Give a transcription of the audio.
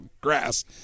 grass